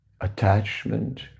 attachment